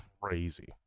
crazy